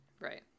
Right